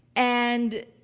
and